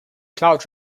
cloud